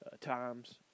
times